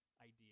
idea